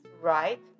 right